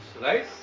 right